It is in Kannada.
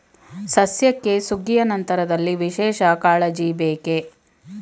ಸಸ್ಯಕ್ಕೆ ಸುಗ್ಗಿಯ ನಂತರದಲ್ಲಿ ವಿಶೇಷ ಕಾಳಜಿ ಬೇಕೇ?